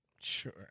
sure